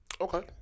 Okay